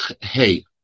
Hey